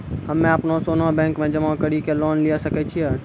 हम्मय अपनो सोना बैंक मे जमा कड़ी के लोन लिये सकय छियै?